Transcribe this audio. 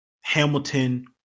Hamilton